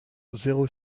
zéro